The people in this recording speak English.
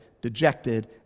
dejected